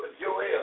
Joel